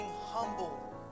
humble